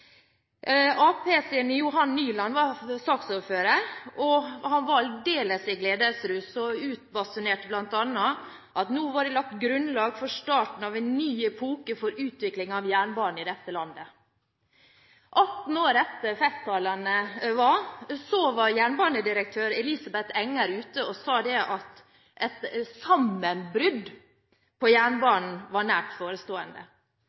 Johan Nyland var saksordfører. Han var aldeles i gledesrus og utbasunerte bl.a. at nå var det lagt grunnlag for starten av en ny epoke for utvikling av jernbane i dette landet. 18 år etter festtalene var direktør i Jernbaneverket Elisabeth Enger ute og sa at et sammenbrudd på jernbanen var nært forestående.